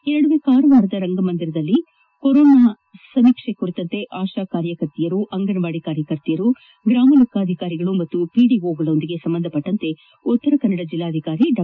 ಈ ಮಧ್ಯೆ ಕಾರವಾರದ ರಂಗಮಂದಿರದಲ್ಲಿ ಕೊರೊನಾ ಸಮೀಕ್ಷೆ ಕುರಿತಂತೆ ಆಶಾ ಕಾರ್ಯಕರ್ತೆಯರು ಅಂಗನವಾದಿ ಕಾರ್ಯಕರ್ತೆಯರು ಗ್ರಾಮ ಲೆಕ್ಕಾಧಿಕಾರಿಗಳು ಹಾಗೂ ಪಿಡಿಒಗಳೊಂದಿಗೆ ಸಂಬಂಧಿಸಿದಂತೆ ಉತ್ತರ ಕನ್ನಡ ಜಿಲ್ಲಾಧಿಕಾರಿ ಡಾ